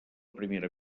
primera